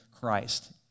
Christ